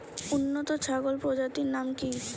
উন্নত ছাগল প্রজাতির নাম কি কি?